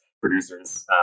producers